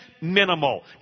minimal